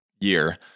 year